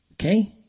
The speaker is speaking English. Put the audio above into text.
okay